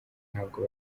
ntabwo